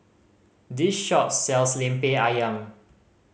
this shop sells Lemper Ayam